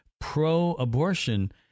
pro-abortion